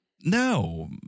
No